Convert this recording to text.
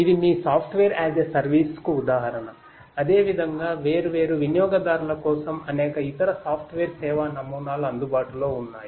ఇది మీ software as a service కు ఉదాహరణఅదేవిధంగా వేర్వేరు వినియోగదారుల కోసం అనేక ఇతర సాఫ్ట్వేర్ సేవా నమూనాలు అందుబాటులో ఉన్నాయి